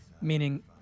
meaning